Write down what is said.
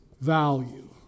value